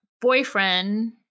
boyfriend